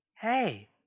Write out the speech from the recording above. Hey